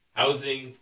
housing